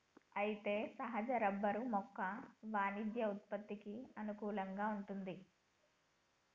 అయితే సహజ రబ్బరు యొక్క వాణిజ్య ఉత్పత్తికి అనుకూలంగా వుంటుంది